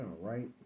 right